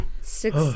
six